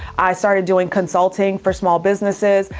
i started doing consulting for small businesses.